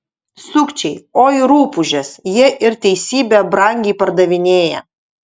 sukčiai oi rupūžės jie ir teisybę brangiai pardavinėja